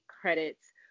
credits